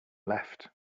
left